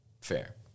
fair